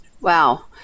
Wow